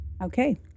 Okay